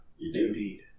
Indeed